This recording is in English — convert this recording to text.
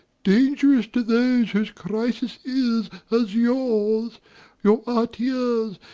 dangerous to those whose crisis is as yours your artiers,